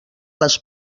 les